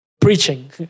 preaching